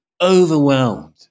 overwhelmed